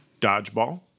Dodgeball